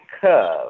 curve